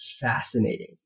fascinating